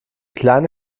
kleine